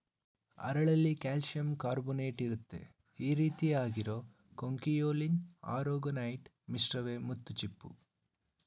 ಹರಳಲ್ಲಿ ಕಾಲ್ಶಿಯಂಕಾರ್ಬೊನೇಟ್ಇರುತ್ತೆ ಈರೀತಿ ಆಗಿರೋ ಕೊಂಕಿಯೊಲಿನ್ ಆರೊಗೊನೈಟ್ ಮಿಶ್ರವೇ ಮುತ್ತುಚಿಪ್ಪು